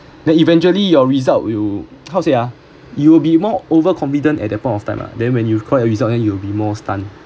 then eventually your result will how to say ah you will be more overconfident at that point of time ah then when you acquire the result you will be more stun